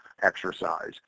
exercise